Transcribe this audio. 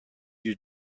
you